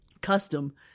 custom